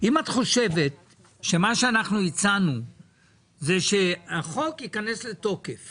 את חושבת שמה שאנחנו הצענו זה שהחוק ייכנס לתוקף